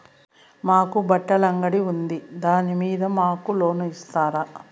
మాకు బట్టలు అంగడి ఉంది దాని మీద మాకు లోను ఇస్తారా